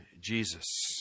Jesus